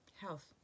Health